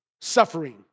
suffering